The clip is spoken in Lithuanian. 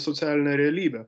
socialinę realybę